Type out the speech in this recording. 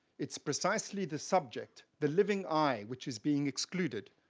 it's precisely the subject, the living i, which is being excluded.